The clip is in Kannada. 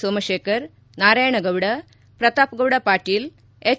ಸೋಮಶೇಖರ್ ನಾರಾಯಣಗೌಡ ಪ್ರತಾಪ್ಗೌಡ ಪಾಟೀಲ್ ಎಚ್